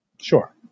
Sure